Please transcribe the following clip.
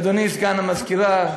אדוני סגן המזכירה,